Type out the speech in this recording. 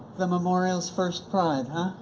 the memorial's first pride, huh?